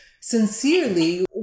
sincerely